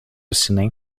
ciné